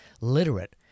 literate